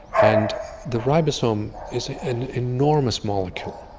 and the ribosome is an enormous molecule.